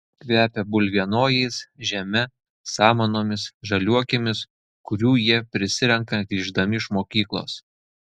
kvepia bulvienojais žeme samanomis žaliuokėmis kurių jie prisirenka grįždami iš mokyklos